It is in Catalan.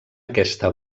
aquesta